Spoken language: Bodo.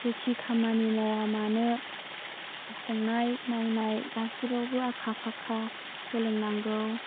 जिखि खामानि मावा मानो संनाय मावनाय गासिबावबो आखा फाखा सोलोंनांगौ